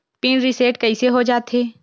Pin reset कइसे हो जाथे?